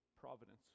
providence